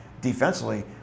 defensively